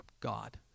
God